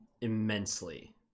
immensely